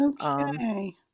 Okay